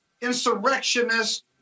insurrectionists